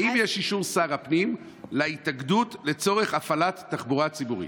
האם יש אישור שר הפנים להתאגדות לצורך הפעלת תחבורה ציבורית?